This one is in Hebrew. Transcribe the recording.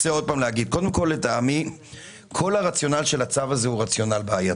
כל הרציונל של הצו הזה הוא בעייתי,